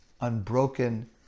unbroken